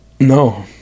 No